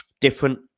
Different